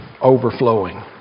overflowing